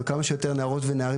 ולכמה שיותר נערות ונערים,